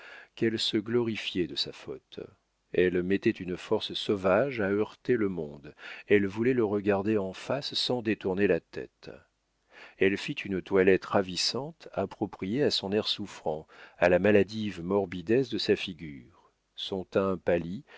qu'elle se glorifiait de sa faute elle mettait une force sauvage à heurter le monde elle voulait le regarder en face sans détourner la tête elle fit une toilette ravissante appropriée à son air souffrant à la maladive morbidesse de sa figure son teint pâli